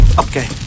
okay